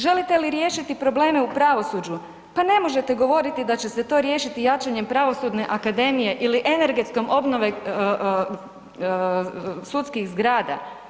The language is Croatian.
Želite li riješiti probleme u pravosuđu, pa ne možete govoriti da će se to riješiti jačanjem Pravosudne akademije ili energetskom obnovom sudskih zgrada.